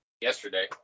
yesterday